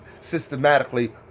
systematically